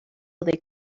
they